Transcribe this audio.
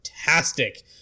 fantastic